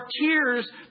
tears